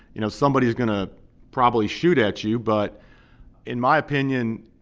you know, somebody is going to probably shoot at you. but in my opinion,